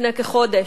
לפני כחודש: